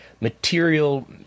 Material